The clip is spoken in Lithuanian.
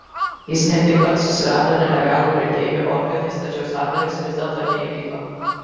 jis netgi pats susirado nelegalų prekeivį organais tačiau sandoris vis dėlto neįvyko